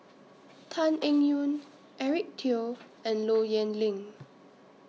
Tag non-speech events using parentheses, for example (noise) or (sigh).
(noise) Tan Eng Yoon Eric Teo and Low Yen Ling